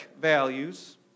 values